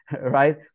right